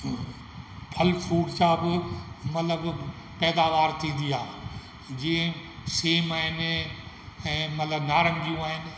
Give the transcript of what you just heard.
फल फ्रूट्स जा बि मतलबु पैदावार थींदी आहे जीअं सेब आहिनि ऐं मतलबु नारंगियूं आहिनि